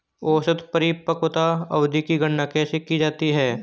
औसत परिपक्वता अवधि की गणना कैसे की जाती है?